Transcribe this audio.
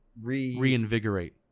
Reinvigorate